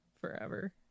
forever